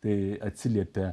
tai atsiliepia